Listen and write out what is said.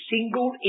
single